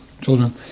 children